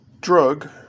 drug